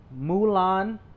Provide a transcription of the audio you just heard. Mulan